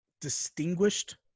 distinguished